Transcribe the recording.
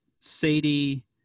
Sadie